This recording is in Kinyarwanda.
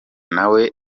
nawe